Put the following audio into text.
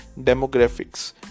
demographics